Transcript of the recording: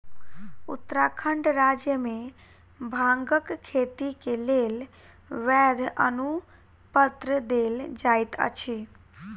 उत्तराखंड राज्य मे भांगक खेती के लेल वैध अनुपत्र देल जाइत अछि